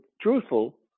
truthful